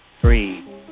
three